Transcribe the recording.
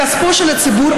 כספו של הציבור,